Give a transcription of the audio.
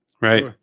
right